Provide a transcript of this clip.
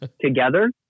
together